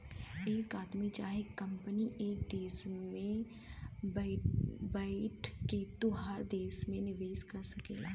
एक आदमी चाहे कंपनी एक देस में बैइठ के तोहरे देस मे निवेस कर सकेला